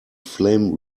flame